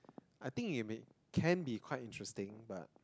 I think it may can be quite interesting but